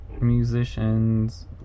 Musicians